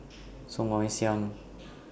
Song Ong Siang